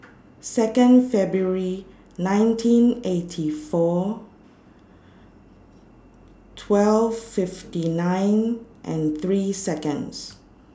two February nineteen eighty four twelve fifty nine and three Seconds